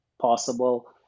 possible